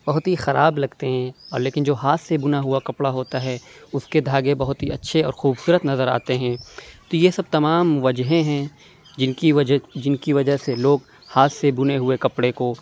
بہت ہی خراب لگتے ہیں اور لیکن جو ہاتھ سے بُنا ہُوا کپڑا ہوتا ہے اُس کے دھاگے بہت ہی اچھے اور خوبصورت نظر آتے ہیں تو یہ سب تمام وجہ ہیں جن کی وجہ جن کی وجہ سے لوگ ہاتھ سے بُنے ہوئے کپڑے کو